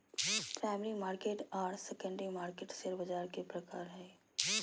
primary market आर secondary market शेयर बाज़ार के प्रकार हइ